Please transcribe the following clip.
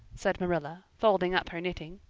said marilla, folding up her knitting.